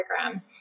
program